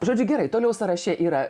žodžiu gerai toliau sąraše yra